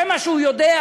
זה מה שהוא יודע.